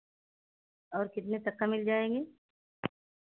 और कितने तक का मिल जाएँगे